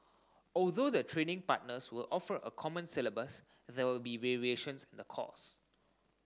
although the training partners will offer a common syllabus there will be variations in the course